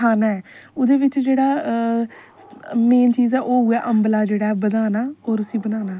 खाना ऐ ओहदे बिच जेहड़ा मेन चीज ऐ ओह् उऐ ऐ कि अंबला जेहड़ा बधाना और उसी बनाना